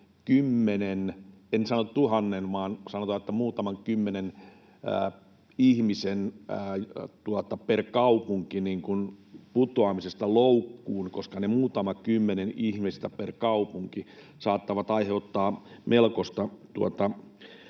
en sano tuhannen, vaan muutaman kymmenen ihmisen per kaupunki putoamiselta loukkuun, koska ne muutama kymmen ihmistä per kaupunki saattavat aiheuttaa melkoista